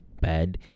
bad